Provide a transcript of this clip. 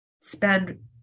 spend